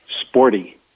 sporty